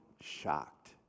shocked